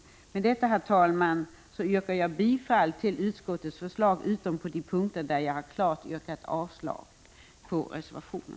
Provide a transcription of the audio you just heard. Med detta, herr talman, yrkar jag bifall till utskottets hemställan.